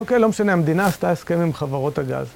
אוקיי, לא משנה, המדינה עשתה הסכם עם חברות הגז.